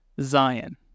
Zion